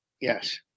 Yes